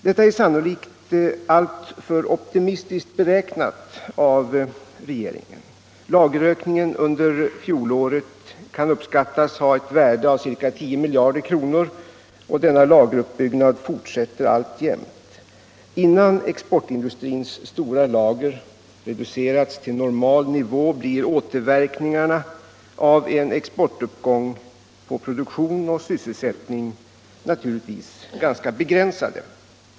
Detta är sannolikt alltför optimistiskt beräknat av regeringen. Lagerökningen under fjolåret kan uppskattas ha ett värde av ca 10 miljarder kronor, och denna lageruppbyggnad fortsätter alltjämt. Innan exportindustrins stora lager reducerats till normal nivå blir återverkningarna av en exportuppgång på produktion och sysselsättning naturligtvis ganska begränsade.